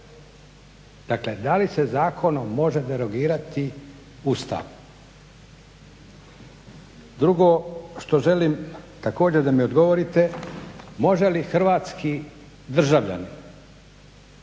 dakle da li se zakonom može derogirati Ustav. Drugo što želim također da mi odgovorite, može li hrvatski državljanin